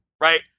right